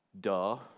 Duh